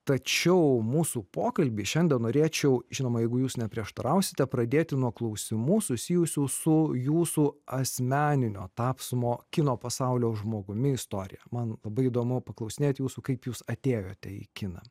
tačiau mūsų pokalbį šiandien norėčiau žinoma jeigu jūs neprieštarausite pradėti nuo klausimų susijusių su jūsų asmeninio tapsmo kino pasaulio žmogumi istorija man labai įdomu paklausinėti jūsų kaip jūs atėjote į kiną